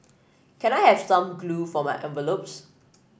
can I have some glue for my envelopes